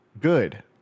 good